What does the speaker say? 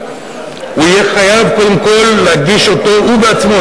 הוא יהיה חייב קודם כול להגיש אותו הוא עצמו,